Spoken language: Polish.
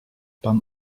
pan